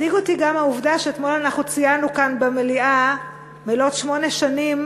מדאיגה אותי גם העובדה שאתמול אנחנו ציינו כאן במליאה מלאות שמונה שנים